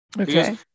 Okay